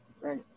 Right